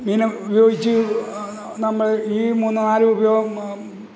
മീനിനെ ഉപയോഗിച്ച് നമ്മൾ ഈ മൂന്ന് നാലുപയോഗം